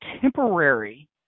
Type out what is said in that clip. temporary